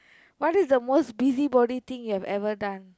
what is the most busybody thing you have ever done